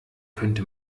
könnte